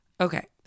Okay